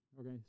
okay